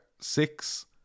Six